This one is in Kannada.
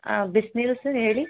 ಹಾಂ ಬಿಸಿನೀರು ಸರ್ ಹೇಳಿ